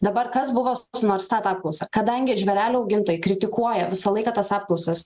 dabar kas buvo su norstat apklausa kadangi žvėrelių augintojai kritikuoja visą laiką tas apklausas